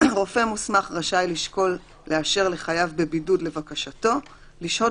רופא מוסמך רשאי לשקול לאשר לחייב בבידוד לבקשתו לשהות